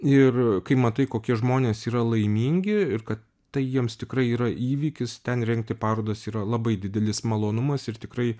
ir kai matai kokie žmonės yra laimingi ir ka tai jiems tikrai yra įvykis ten rengti parodas yra labai didelis malonumas ir tikrai